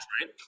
right